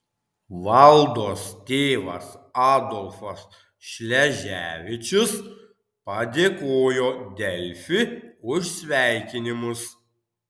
valdos tėvas adolfas šleževičius padėkojo delfi už sveikinimus